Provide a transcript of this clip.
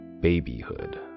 babyhood